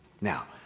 Now